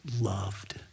loved